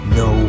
no